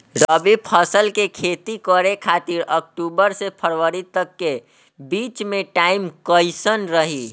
रबी फसल के खेती करे खातिर अक्तूबर से फरवरी तक के बीच मे टाइम कैसन रही?